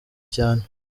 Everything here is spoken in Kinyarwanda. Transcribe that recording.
cyane